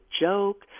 joke